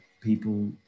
people